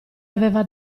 aveva